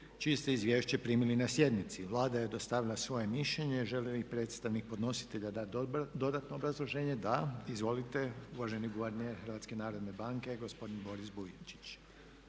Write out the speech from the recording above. ste izvješće primili na sjednici. Vlada je dostavila svoje mišljenje. Želi li predstavnik podnositelja dati dodatno obrazloženje? Da. Izvolite uvaženi guverner Hrvatske narodne banke, gospodin Boris Vujčić.